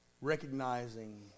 Recognizing